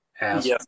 Yes